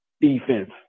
defense